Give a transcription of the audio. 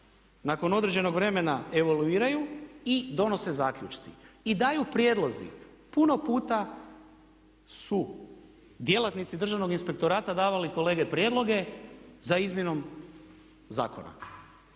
nakon određenog vremena evoluiraju i donose zaključci. I daju prijedlozi. Puno puta su djelatnici Državnog inspektorata davali kolege prijedloge za izmjenom zakona.